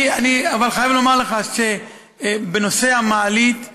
אבל אני חייב לומר לך שבנושא המעלית,